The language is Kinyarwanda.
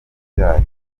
byayo